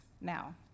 Now